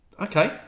okay